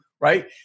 right